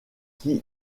qui